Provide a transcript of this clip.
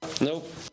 Nope